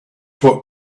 what